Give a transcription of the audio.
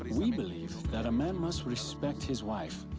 we believe that a man must respect his wife,